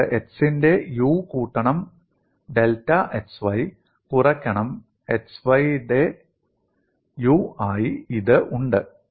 നിങ്ങൾക്ക് x ന്റെ u കൂട്ടണം ഡെൽറ്റ x y കുറക്കണം x y ന്റെ u ആയി ഇത് ഉണ്ട്